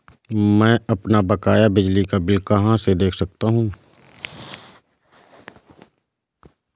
मैं अपना बकाया बिजली का बिल कहाँ से देख सकता हूँ?